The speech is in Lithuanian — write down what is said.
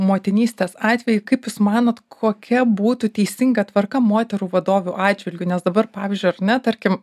motinystės atvejį kaip jūs manot kokia būtų teisinga tvarka moterų vadovių atžvilgiu nes dabar pavyzdžiui ar ne tarkim